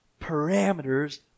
parameters